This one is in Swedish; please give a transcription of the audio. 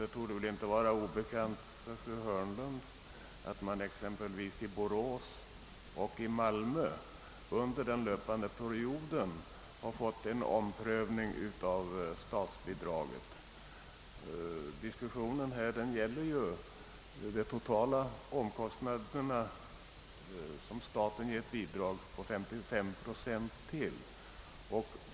Det torde väl inte vara obekant för fru Hörnlund att exempelvis stadsteatrarna i Borås och Malmö under den löpande perioden fått sina statsbidrag omprövade. Diskussionen här gäller ju de totala omkostnaderna, till vilka staten ger ett bidrag på 55 procent.